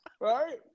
right